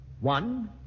One